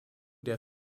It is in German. der